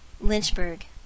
Lynchburg